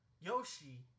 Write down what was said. Yoshi